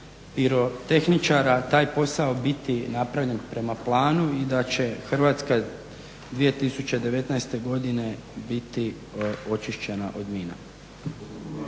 pirotehničara taj posao biti napravljen prema planu i da će Hrvatska 2019. godine biti očišćena od mina.